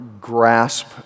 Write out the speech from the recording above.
grasp